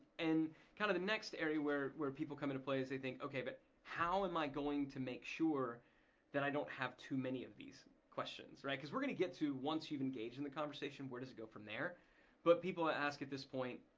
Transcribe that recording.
and kind of the next area where where people come into play is they think okay, but how am i going to make sure that i don't have too many of these questions cause we're gonna get to once you engage in the conversation, where does it go from there but people ah ask at this point,